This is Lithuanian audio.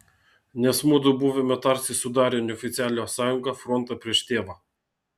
nes mudu buvome tarsi sudarę neoficialią sąjungą frontą prieš tėvą